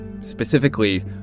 specifically